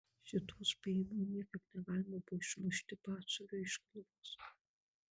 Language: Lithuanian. šito spėjimo niekaip negalima buvo išmušti batsiuviui iš galvos